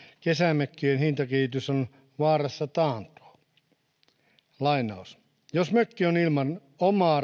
kesämökkien hintakehitys on vaarassa taantua jos mökki on ilman omaa